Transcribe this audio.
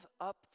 up